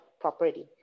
property